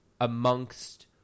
amongst